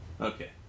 Okay